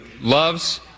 loves